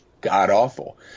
god-awful